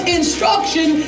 instruction